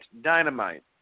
Dynamite